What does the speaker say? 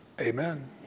Amen